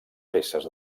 peces